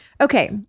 Okay